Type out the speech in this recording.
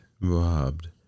robbed